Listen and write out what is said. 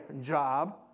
job